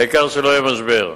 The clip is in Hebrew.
העיקר שלא יהיה משבר.